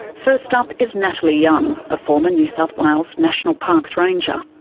first up is natalie young, a former new south wales national parks ranger.